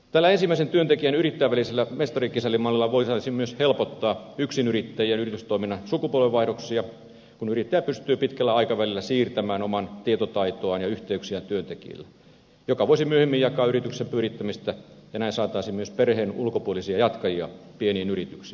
tällä ensimmäisen työntekijän ja yrittäjän välisellä mestarikisälli mallilla voitaisiin myös helpottaa yksinyrittäjien yritystoiminnan sukupolvenvaihdoksia kun yrittäjä pystyy pitkällä aikavälillä siirtämään omaa tietotaitoaan ja yhteyksiään työntekijälle joka voisi myöhemmin jatkaa yrityksen pyörittämistä ja näin saataisiin myös perheen ulkopuolisia jatkajia pieniin yrityksiin